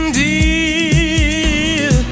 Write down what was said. dear